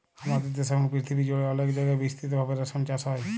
হামাদের দ্যাশে এবং পরথিবী জুড়ে অলেক জায়গায় বিস্তৃত ভাবে রেশম চাস হ্যয়